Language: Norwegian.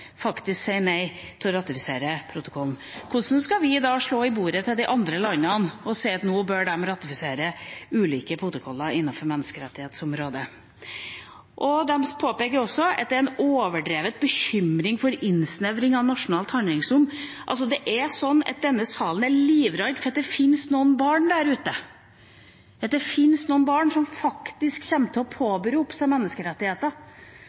faktisk sier nei til å ratifisere protokollen? Hvordan skal vi da slå i bordet til de andre landene og si at nå bør de ratifisere ulike protokoller innenfor menneskerettighetsområdet? De påpeker også at det er en overdrevet bekymring for innsnevring av nasjonalt handlingsrom. Altså, det er sånn at denne salen er livredd for at det fins noen barn der ute som faktisk kommer til å påberope seg menneskerettigheter